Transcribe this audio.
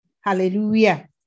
Hallelujah